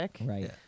right